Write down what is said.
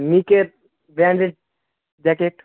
নিকের branded jacket